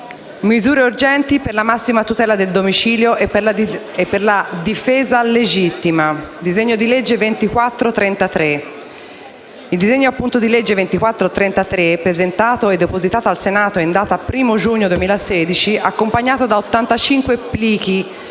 «Misure urgenti per la massima tutela del domicilio e per la difesa legittima» (disegno di legge n. 2433). Il disegno di legge n. 2433 presentato e depositato al Senato in data 1º giugno 2016, è accompagnato da 85 plichi,